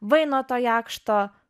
vainuto jakšto